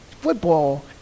football